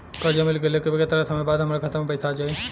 कर्जा मिल गईला के केतना समय बाद हमरा खाता मे पैसा आ जायी?